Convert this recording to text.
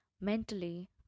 mentally